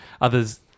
Others